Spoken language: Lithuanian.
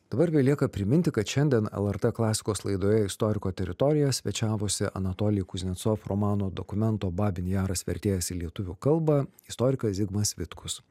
dabar belieka priminti kad šiandien lrt klasikos laidoje istoriko teritorija svečiavosi anatolij kuznecov romano dokumento babyn jaras vertėjas į lietuvių kalbą istorikas zigmas vitkus